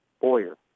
Boyer